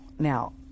Now